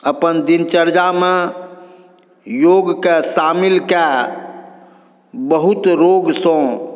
अपन दिनचर्यामे योगके शामिल कऽ बहुत रोगसँ